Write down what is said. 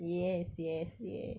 yes yes yes